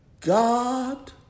God